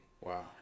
Wow